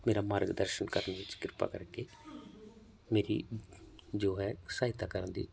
ਮੇਰਾ ਮਾਰਗਦਰਸ਼ਨ ਕਰਨ ਵਿਚ ਕਿਰਪਾ ਕਰਕੇ ਮੇਰੀ ਜੋ ਹੈ ਸਹਾਇਤਾ ਕਰਨ ਦੀ